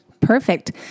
Perfect